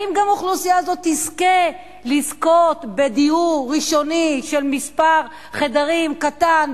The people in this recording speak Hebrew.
האם גם האוכלוסייה הזאת תזכה בדיור ראשוני של מספר חדרים קטן,